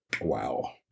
wow